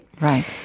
right